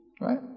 Right